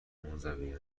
منزوین